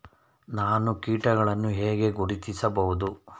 ನಾವು ಕೀಟಗಳನ್ನು ಹೇಗೆ ಗುರುತಿಸಬಹುದು?